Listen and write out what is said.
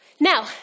Now